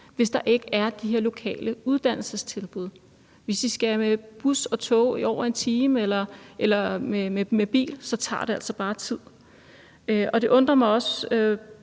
hvis der ikke er de her lokale uddannelsestilbud. Hvis de skal med bus og tog i over en time eller med bil, tager det altså bare tid. Ministerens svar undrer mig også,